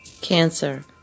Cancer